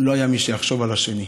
לא היה מי שיחשוב על השני,